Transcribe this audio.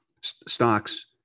Stocks